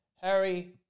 Harry